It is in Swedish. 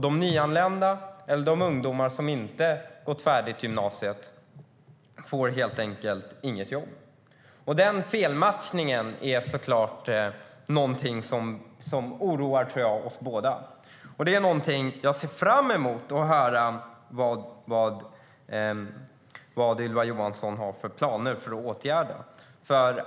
De nyanlända eller de ungdomar som inte har gått färdigt gymnasiet får helt enkelt inget jobb. Den felmatchningen är någonting som jag tror oroar oss båda. Jag ser fram emot att höra vad Ylva Johansson har för planer för att åtgärda det.